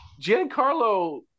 Giancarlo